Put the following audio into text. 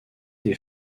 des